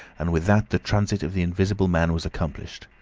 and with that the transit of the invisible man was accomplished.